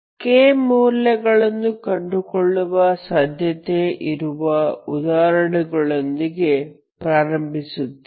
k ಮೌಲ್ಯಗಳನ್ನು ಕಂಡುಕೊಳ್ಳುವ ಸಾಧ್ಯತೆಯಿರುವ ಉದಾಹರಣೆಯೊಂದಿಗೆ ಪ್ರಾರಂಭಿಸುತ್ತೇವೆ